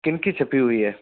کن کی چھپی ہوئی ہے